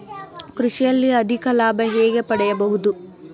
ಕೃಷಿಯಲ್ಲಿ ಅಧಿಕ ಲಾಭ ಹೇಗೆ ಪಡೆಯಬಹುದು?